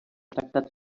tractat